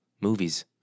Movies